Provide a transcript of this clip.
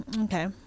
Okay